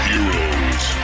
Heroes